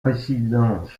présidents